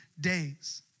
days